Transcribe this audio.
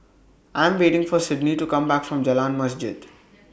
I Am waiting For Sydnee to Come Back from Jalan Masjid